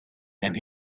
and